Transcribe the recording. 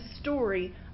story